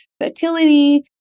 fertility